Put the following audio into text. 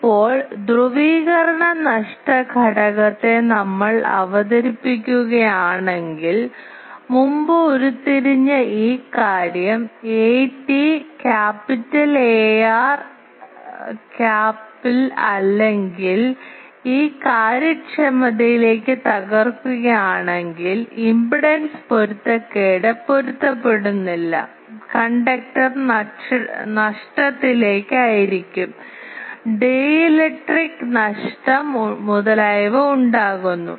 ഇപ്പോൾ ധ്രുവീകരണ നഷ്ട ഘടകത്തെ നമ്മൾ അവതരിപ്പിക്കുകയാണെങ്കിൽ മുമ്പ് ഉരുത്തിരിഞ്ഞ ഈ കാര്യം at cap ar capൽ അല്ലെങ്കിൽ ഈ കാര്യക്ഷമതയിലേക്ക് തകർക്കുകയാണെങ്കിൽ ഇംപെഡൻസ് പൊരുത്തക്കേട് പൊരുത്തപ്പെടുന്നില്ല കണ്ടക്ടർ നഷ്ടത്തിലേക്ക് ഡീലക്ട്രിക് നഷ്ടം മുതലായവ ഉണ്ടാകുന്നു